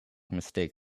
mistake